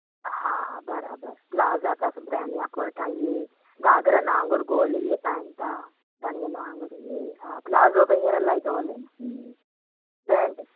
हा बराबरि प्लाज़ा अथसि ब्रैंड या ऐं घागरनि वांग़ुरु गोली ये पाइनि था खणियनि वांग़ुरु इहो हा प्लाज़ो त हींअर इलाही थो हले त हिन